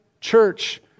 Church